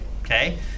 Okay